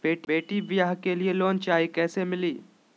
बेटी ब्याह के लिए लोन चाही, कैसे मिली?